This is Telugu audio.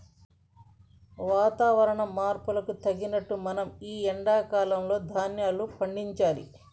వాతవరణ మార్పుకు తగినట్లు మనం ఈ ఎండా కాలం లో ధ్యాన్యాలు పండించాలి